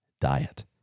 diet